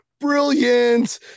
brilliant